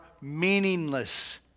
meaningless